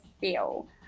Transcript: feel